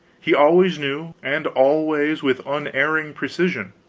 he always knew, and always with unerring precision.